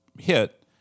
hit